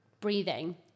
breathing